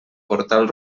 portal